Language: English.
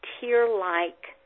tear-like